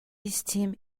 esteem